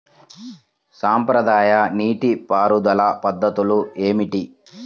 సాంప్రదాయ నీటి పారుదల పద్ధతులు ఏమిటి?